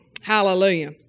Hallelujah